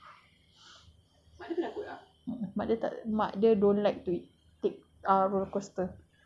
mmhmm mak dia don't like to take ah roller coaster mak dia scared of roller coaster